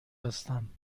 هستم